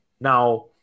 Now